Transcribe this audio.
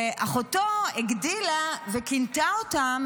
ואחותו הגדילה וכינתה אותם,